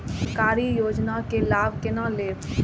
सरकारी योजना के लाभ केना लेब?